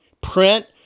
print